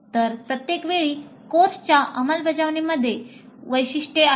तर प्रत्येक वेळी कोर्सच्या अंमलबजावणीमध्ये वैशिष्ट्ये आहेत